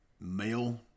Male